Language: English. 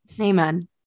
Amen